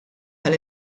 tal